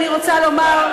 אני רוצה לומר,